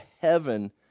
heaven